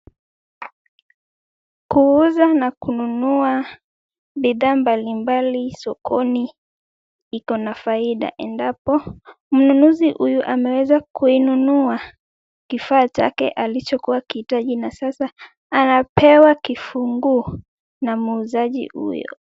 Kuuza na kununua bidhaa mbalimbali sokoni iko na faida endapo, mnunuzi huyu ameweza kuinunua kifaa chake alichokuwa akihitaji na sasa anapewa kifunguu na muuzaji huyo.